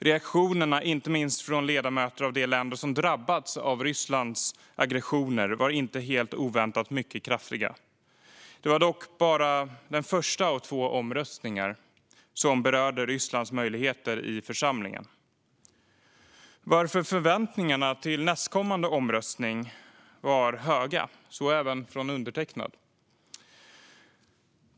Reaktionerna, inte minst från ledamöter i de länder som drabbats av Rysslands aggressioner, var inte helt oväntat mycket kraftiga. Det var dock bara den första av två omröstningar som berörde Rysslands möjligheter att agera i församlingen, varför förväntningarna inför den nästkommande omröstningen var höga - så även från undertecknad.